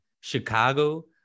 Chicago